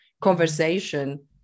conversation